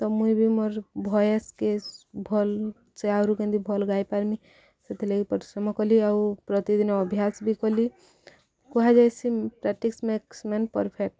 ତ ମୁଇଁ ବି ମୋର ଭଏସ କେ ଭଲ୍ ସେ ଆହୁରି କେମିତି ଭଲ୍ ଗାଇପାରମି ସେଥିଲାଗି ପରିଶ୍ରମ କଲି ଆଉ ପ୍ରତିଦିନ ଅଭ୍ୟାସ ବି କଲି କୁହାଯାଏସି ପ୍ରାକ୍ଟିସ ମେକ୍ସ ମ୍ୟାନ୍ ପରଫେକ୍ଟ